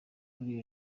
kuri